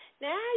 now